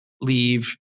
leave